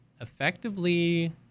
effectively